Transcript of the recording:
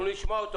אנחנו נשמע אותו.